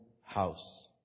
house